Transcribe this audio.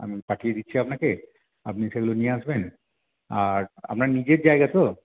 আমি পাঠিয়ে দিচ্ছি আপনাকে আপনি সেগুলো নিয়ে আসবেন আর আপনার নিজের জায়গা তো